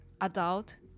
adult